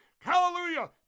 Hallelujah